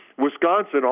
Wisconsin